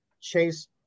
Chase